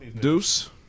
Deuce